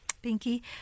Pinky